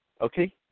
okay